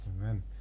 Amen